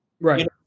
Right